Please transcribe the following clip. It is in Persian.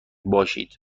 باشید